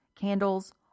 candles